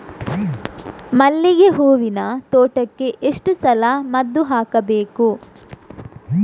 ಮಲ್ಲಿಗೆ ಹೂವಿನ ತೋಟಕ್ಕೆ ಎಷ್ಟು ಸಲ ಮದ್ದು ಹಾಕಬೇಕು?